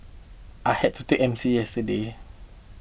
I had to take M C yesterday